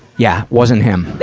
yeah, wasn't him.